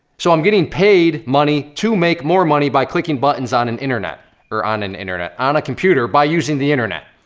so i'm getting paid money to make more money by clicking buttons on an internet, or on an internet, on a computer by using the internet.